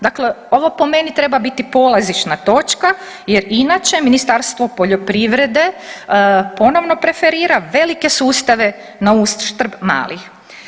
Dakle, ovo po meni treba biti polazišna točka jer inače Ministarstvo poljoprivrede ponovno preferira velike sustave na uštrb malih.